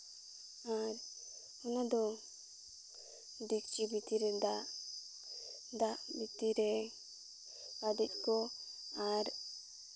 ᱟᱨ ᱚᱱᱟᱫᱚ ᱰᱮᱠᱪᱤ ᱵᱷᱤᱛᱤᱨ ᱨᱮ ᱫᱟᱜ ᱫᱟᱜ ᱵᱷᱤᱛᱤᱨ ᱨᱮ ᱠᱟᱰᱮᱡ ᱠᱚ ᱟᱨ